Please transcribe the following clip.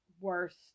worst